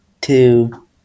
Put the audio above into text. two